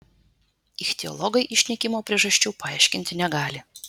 ichtiologai išnykimo priežasčių paaiškinti negali